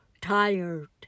tired